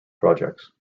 projects